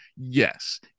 Yes